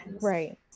Right